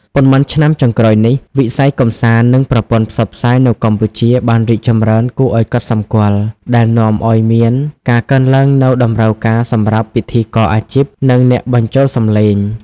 ប៉ុន្មានឆ្នាំចុងក្រោយនេះ វិស័យកម្សាន្ត និងប្រព័ន្ធផ្សព្វផ្សាយនៅកម្ពុជាបានរីកចម្រើនគួរឲ្យកត់សម្គាល់ ដែលនាំឲ្យមានការកើនឡើងនូវតម្រូវការសម្រាប់ ពិធីករអាជីព និងអ្នកបញ្ចូលសំឡេង។